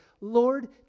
Lord